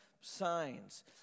signs